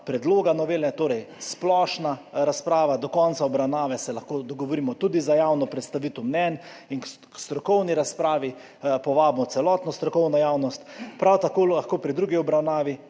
predloga novele, torej splošna razprava, do konca obravnave se lahko dogovorimo tudi za javno predstavitev mnenj in k strokovni razpravi povabimo celotno strokovno javnost. Prav tako lahko pri drugi obravnavi